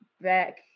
back